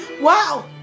wow